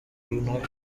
runaka